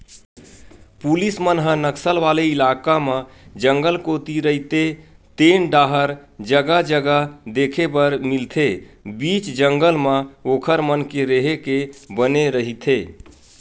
police मन ह नक्सल वाले इलाका म जंगल कोती रहिते तेन डाहर जगा जगा देखे बर मिलथे बीच जंगल म ओखर मन के रेहे के बने रहिथे